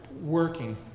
working